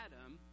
Adam